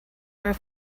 were